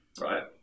right